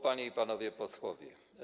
Panie i Panowie Posłowie!